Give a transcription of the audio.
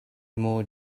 more